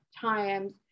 times